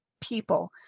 people